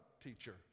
teacher